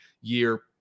year